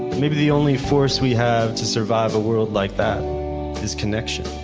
maybe the only force we have to survive a world like that is connection.